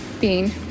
Bean